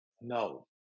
no